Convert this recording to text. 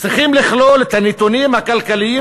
דברי ההסבר צריכים לכלול את: הנתונים הכלכליים